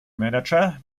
manager